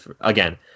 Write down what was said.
again